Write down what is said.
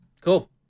Cool